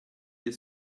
you